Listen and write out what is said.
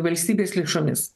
valstybės lėšomis